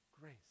Grace